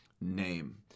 name